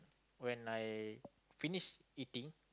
when I finished eating